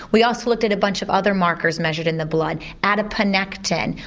we also looked at a bunch of other markers measured in the blood, adiponectin,